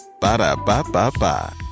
Ba-da-ba-ba-ba